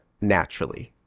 naturally